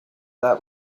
that